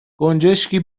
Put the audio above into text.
گنجشکی